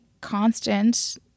constant